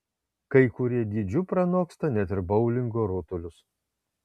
kai kurie dydžiu pranoksta net ir boulingo rutulius